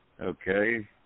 Okay